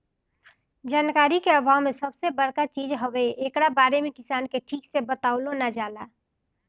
जानकारी के आभाव सबसे बड़का चीज हअ, एकरा बारे में किसान के ठीक से बतवलो नाइ जाला